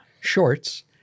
shorts